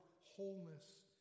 wholeness